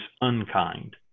unkind